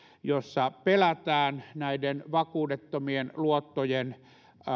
jossa pelätään näiden vakuudettomien luottojen